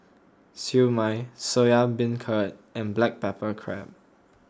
Siew Mai Soya Beancurd and Black Pepper Crab